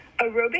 Aerobic